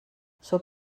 sóc